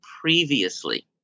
previously